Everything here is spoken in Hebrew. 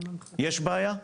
יש בעיה?